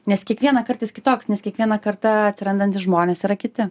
nes kiekvieną kart jis kitoks nes kiekvieną kartą atsirandantys žmonės yra kiti